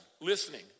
listening